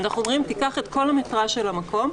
אנחנו אומרים: תיקח את המטראז' של המקום,